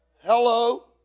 Hello